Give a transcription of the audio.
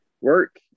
work